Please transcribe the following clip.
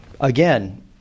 Again